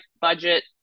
budget